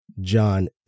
John